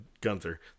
Gunther